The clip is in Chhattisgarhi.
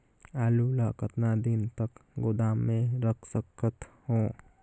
आलू ल कतका दिन तक गोदाम मे रख सकथ हों?